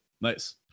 Nice